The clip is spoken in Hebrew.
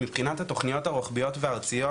מבחינת התוכניות הרוחביות והארציות,